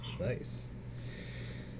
Nice